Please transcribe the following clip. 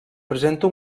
presenta